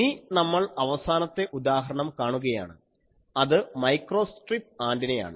ഇനി നമ്മൾ അവസാനത്തെ ഉദാഹരണം കാണുകയാണ് അത് മൈക്രോ സ്ട്രിപ്പ് ആൻറിനയാണ്